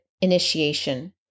initiation